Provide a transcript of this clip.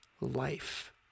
life